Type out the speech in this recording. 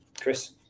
Chris